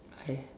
I